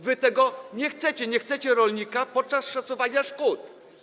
Wy tego nie chcecie, nie chcecie rolnika podczas szacowania szkód.